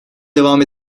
devam